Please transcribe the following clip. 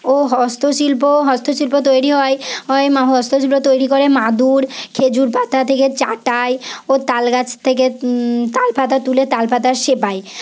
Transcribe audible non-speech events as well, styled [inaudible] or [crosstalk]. ও হস্তশিল্প হস্তশিল্প তৈরি হয় [unintelligible] হস্তশিল্প তৈরি করে মাদুর খেজুর পাতা থেকে চাটাই ও তাল গাছ থেকে তাল পাতা তুলে তাল পাতার সেপাই